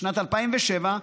בשנת 2007,